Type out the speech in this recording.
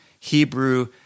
Hebrew